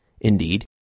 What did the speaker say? Indeed